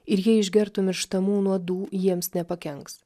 ir jie išgertų mirštamų nuodų jiems nepakenks